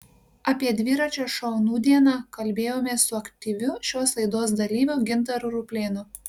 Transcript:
apie dviračio šou nūdieną kalbėjomės su aktyviu šios laidos dalyviu gintaru ruplėnu